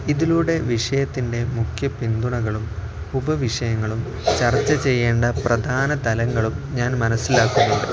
ഇതിലൂടെ വിഷയത്തിൻ്റെ മുഖ്യ പിന്തുണകളും ഉപവിഷയങ്ങളും ചർച്ച ചെയ്യേണ്ട പ്രധാന തലങ്ങളും ഞാൻ മനസ്സിലാക്കുന്നു